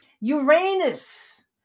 Uranus